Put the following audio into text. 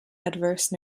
adverse